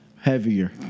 Heavier